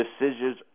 decisions